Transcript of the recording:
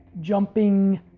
jumping